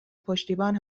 پشتیبان